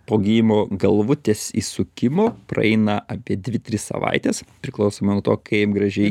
po gijimo galvutės įsukimo praeina apie dvi tris savaites priklausomai nuo to kaip gražiai